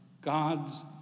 God's